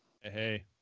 Hey